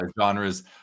genres